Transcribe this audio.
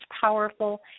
powerful